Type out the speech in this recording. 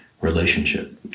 relationship